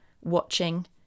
watching